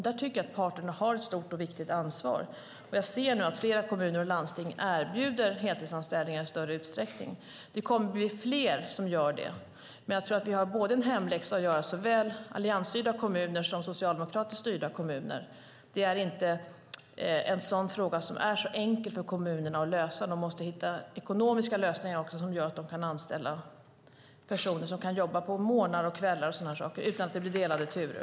Där tycker jag att parterna har ett stort och viktigt ansvar. Jag ser nu att flera kommuner och landsting erbjuder heltidsanställningar i större utsträckning. Det kommer att bli fler som gör det. Jag tror att alla har en hemläxa att göra, såväl alliansstyrda kommuner som socialdemokratiskt styrda kommuner. Frågan är inte så enkel för kommunerna att lösa. De måste hitta ekonomiska lösningar så att de kan anställa personer som kan jobba på morgnar och kvällar utan att det blir delade turer.